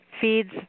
feeds